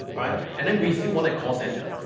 right. and then we still want a call center.